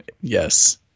Yes